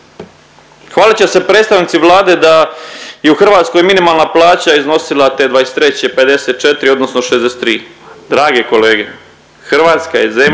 Hvalit će se predstavnici Vlade da je u Hrvatskoj minimalna plaća iznosila te '23. 54 odnosno 63. Drage kolege, Hrvatska je zemlja